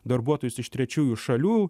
darbuotojus iš trečiųjų šalių